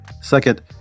second